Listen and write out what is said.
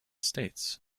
states